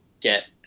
get